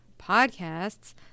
podcasts